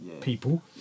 people